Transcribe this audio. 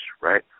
right